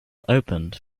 opened